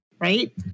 right